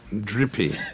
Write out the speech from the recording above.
Drippy